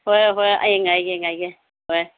ꯍꯣꯏ ꯍꯣꯏ ꯑꯩ ꯉꯥꯏꯒꯦ ꯉꯥꯏꯒꯦ ꯍꯣꯏ